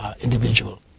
individual